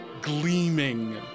gleaming